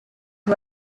who